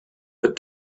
but